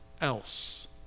else